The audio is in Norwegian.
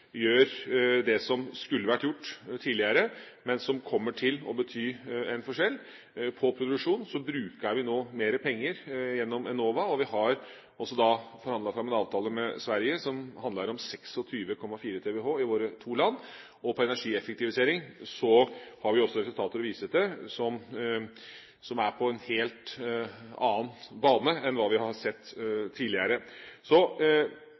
gjør det som skulle vært gjort tidligere, men som kommer til å bety en forskjell. På produksjon bruker vi nå mer penger gjennom Enova, og vi har også forhandlet fram en avtale med Sverige som handler om 26,4 TWh i våre to land. Når det gjelder energieffektivisering, har vi også resultater å vise til som er på en helt annen bane enn hva vi har sett